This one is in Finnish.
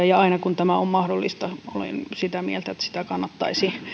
ja aina kun tämä on mahdollista olen sitä mieltä että sitä kannattaisi